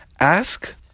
ask